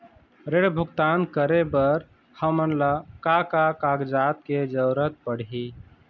ऋण भुगतान करे बर हमन ला का का कागजात के जरूरत पड़ही?